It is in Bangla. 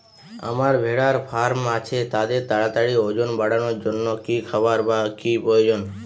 আমার ভেড়ার ফার্ম আছে তাদের তাড়াতাড়ি ওজন বাড়ানোর জন্য কী খাবার বা কী প্রয়োজন?